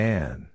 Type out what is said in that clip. Man